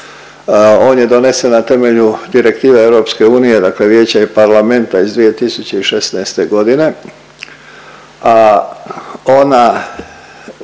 On je donesen na temelju direktive EU dakle Vijeća i Parlamenta iz 2016.g.,